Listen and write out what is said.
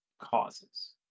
causes